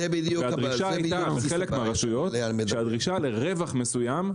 והדרישה הייתה בחלק מהרשויות שהדרישה לרווח מסוים,